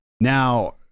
Now